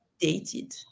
dated